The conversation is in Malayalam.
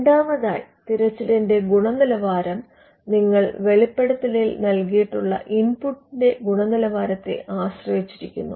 രണ്ടാമതായി തിരച്ചിലിന്റെ ഗുണനിലവാരം നിങ്ങൾ വെളിപ്പെടുത്തലിൽ നൽകിയിട്ടുള്ള ഇൻപുട്ടിന്റെ | ഗുണനിലവാരത്തെ ആശ്രയിച്ചിരിക്കുന്നു